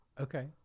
Okay